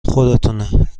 خودتونه